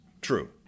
True